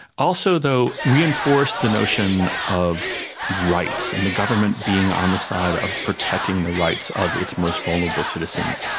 also though reinforced the notion of rights and the government being on the side of protecting the rights of its most vulnerable citizens.